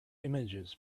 images